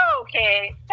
okay